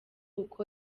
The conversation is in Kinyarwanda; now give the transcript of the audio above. uko